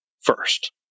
first